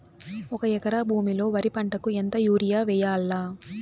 ఒక ఎకరా భూమిలో వరి పంటకు ఎంత యూరియ వేయల్లా?